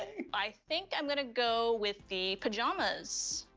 i think i'm gonna go with the pajamas.